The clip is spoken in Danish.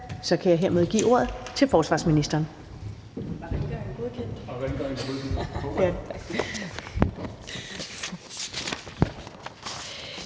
kan jeg hermed give ordet til forsvarsministeren.